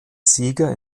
sieger